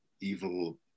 Evil